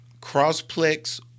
Crossplex